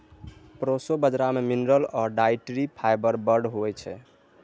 proso बजरा मे mineral आ डाइटरी फाइबर बड़ होइ छै